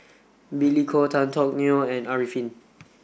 Billy Koh Tan Teck Neo and Arifin